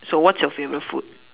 what's your favourite food